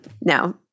now